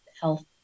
health